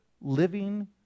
living